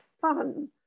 fun